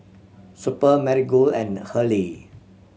Super Marigold and Hurley